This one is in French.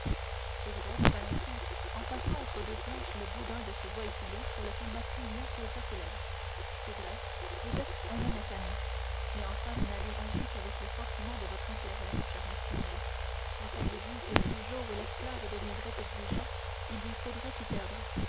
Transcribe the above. c'est vrai dit valentine en passant entre deux planches le bout d'un de ses doigts effilés sur lequel maximilien posa ses lèvres c'est vrai vous êtes un honnête ami mais enfin vous n'avez agi qu'avec le sentiment de votre intérêt mon cher maximilien vous saviez bien que du jour où l'esclave deviendrait exigeant il lui faudrait tout perdre